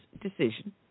decision